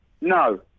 No